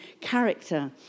character